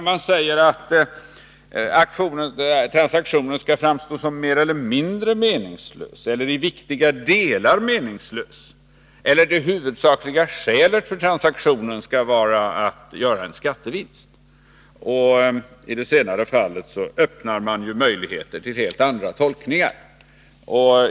Man säger t.ex. att transaktionen skall framstå som mer eller mindre meningslös eller i viktiga delar meningslös eller att det huvudsakliga skälet för transaktionen skall vara att göra en skattevinst. I de fallen öppnar man möjligheter för helt andra tolkningar.